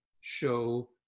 show